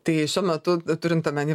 tai šiuo metu turint omeny va